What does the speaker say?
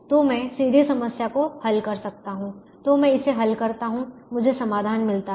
तो मैं सीधे समस्या को हल कर सकता हूं तो मैं इसे हल करता हूं मुझे समाधान मिलता है